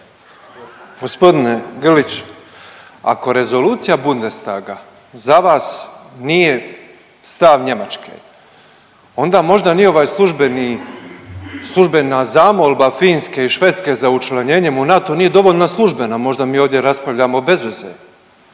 Gospodine Grlić, ako rezolucija Bundestaga za vas nije stav Njemačke onda možda ni ovaj službeni, službena zamolba Finske i Švedske za učlanjenjem u NATO nije dovoljno službena, možda mi ovdje raspravljamo bez veze,